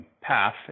path